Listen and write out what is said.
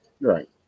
Right